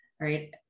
right